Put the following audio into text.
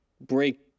break